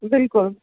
بِلکُل